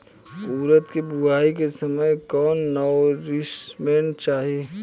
उरद के बुआई के समय कौन नौरिश्मेंट चाही?